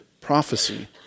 prophecy